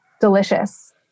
delicious